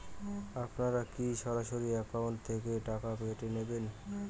আপনারা কী সরাসরি একাউন্ট থেকে টাকা কেটে নেবেন?